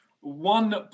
one